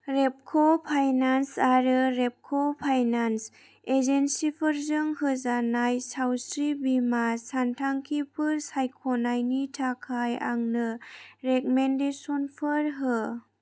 रेपक' finance आरो रेपक' finance एजेन्सिफोरजों होजानाय सावस्रि बीमा सानथांखिफोर सायख'नायनि थाखाय आंनो रेक'मेन्डेसनफोर हो